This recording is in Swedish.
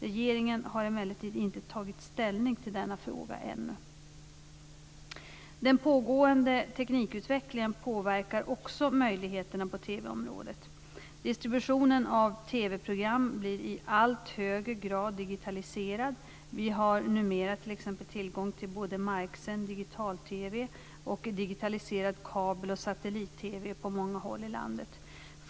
Regeringen har emellertid inte tagit ställning till denna fråga ännu. Den pågående teknikutvecklingen påverkar också möjligheterna på TV-området. Distributionen av TV program blir i allt högre grad digitaliserad. Vi har numera t.ex. tillgång till både marksänd digital-TV och digitaliserad kabel och satellit-TV på många håll i landet.